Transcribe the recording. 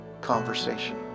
conversation